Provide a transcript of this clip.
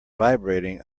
vibrating